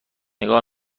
نگاه